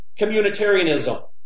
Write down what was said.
Communitarianism